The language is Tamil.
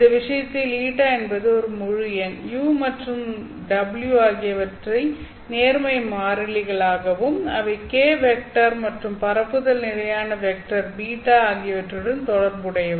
இந்த விஷயத்தில் η என்பது ஒரு முழு எண் u மற்றும் w ஆகியவை நேர்மறை மாறிலிகளாகும் அவை k வெக்டர் மற்றும் பரப்புதல் நிலையான வெக்டர் β ஆகியவற்றுடன் தொடர்புடையவை